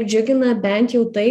džiugina bent jau tai